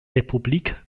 republik